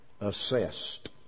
assessed